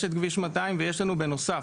יש את כביש 200 ויש לנו בנוסף,